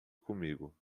comigo